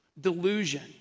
delusion